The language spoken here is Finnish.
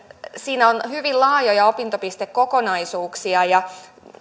siinä on hyvin laajoja opintopistekokonaisuuksia